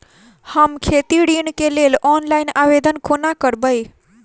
हम खेती ऋण केँ लेल ऑनलाइन आवेदन कोना करबै?